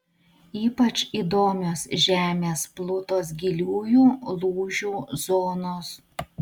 ypač įdomios žemės plutos giliųjų lūžių zonos